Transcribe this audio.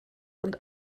und